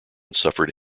suffered